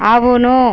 అవును